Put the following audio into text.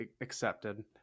accepted